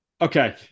Okay